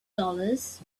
dollars